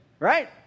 right